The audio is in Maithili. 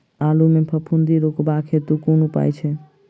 आलु मे फफूंदी रुकबाक हेतु कुन उपाय छै?